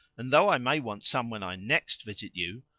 and though i may want some when i next visit you,